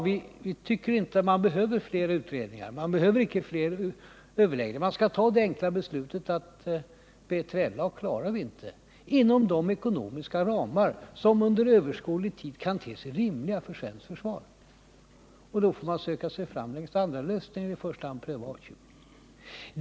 Vi tycker inte att man behöver fler utredningar och överläggningar. Man skall ta det enkla beslutet, att BJLA klarar vi inte inom de ekonomiska ramar som under överskådlig tid kan te sig rimliga för svenskt försvar. Då får man söka sig fram med andra lösningar och i första hand pröva A 20.